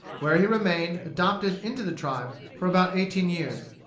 where he remained, adopted into the tribe, for about eighteen years.